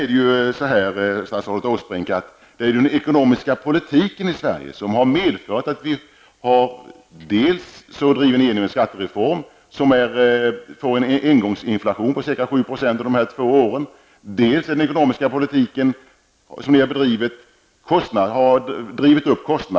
Det är den ekonomiska politiken i Sverige, statsrådet Åsbrink, som har medfört dels att ni driver igenom en skattereform som leder till en engångsinflation på ca 7 % under dessa två år, dels att kostnaderna har drivits upp.